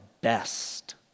best